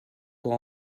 pour